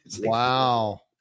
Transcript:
Wow